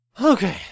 Okay